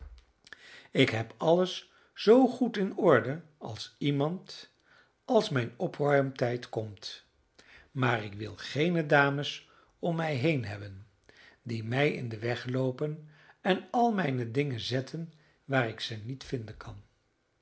ik heb alles zoo goed in orde als iemand als mijn opruimtijd komt maar ik wil geene dames om mij heen hebben die mij in den weg loopen en al mijne dingen zetten waar ik ze niet vinden kan